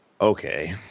Okay